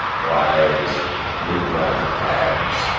wise midnight hags!